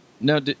Now